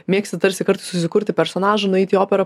mėgsti tarsi kartais susikurti personažą nueiti į operą